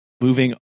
moving